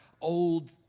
old